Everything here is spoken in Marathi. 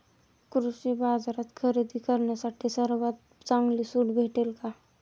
कृषी बाजारात खरेदी करण्यासाठी सर्वात चांगली सूट भेटेल का?